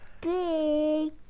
big